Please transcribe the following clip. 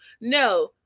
No